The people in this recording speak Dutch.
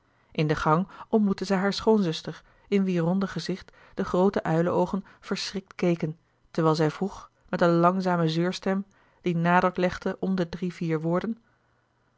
in de gang ontmoette zij hare schoonzuster in wier ronde gezicht de groote uile oogen verschrikt keken terwijl zij vroeg met een langzame zeurstem die nadruk legde om de drie vier woorden